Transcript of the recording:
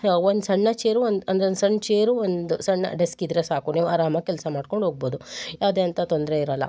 ಒಂದು ಸಣ್ಣ ಚೇರು ಒಂದು ಅಂದರೆ ಒಂದು ಸಣ್ಣ ಚೇರು ಒಂದು ಸಣ್ಣ ಡೆಸ್ಕ್ ಇದ್ದರೆ ಸಾಕು ನೀವು ಆರಾಮಾಗಿ ಕೆಲಸ ಮಾಡ್ಕೊಂಡು ಹೋಗ್ಬೋದು ಯಾವುದೇ ಅಂಥ ತೊಂದರೆ ಇರೋಲ್ಲ